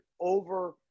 over